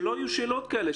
שלא יהיו שאלות כאלה,